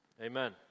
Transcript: Amen